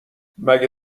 مگه